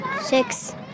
Six